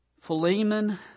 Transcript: Philemon